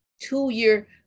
two-year